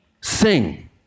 sing